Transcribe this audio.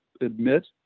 admit